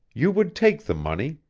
you would take the money,